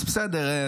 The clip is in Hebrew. אז בסדר,